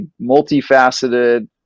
multifaceted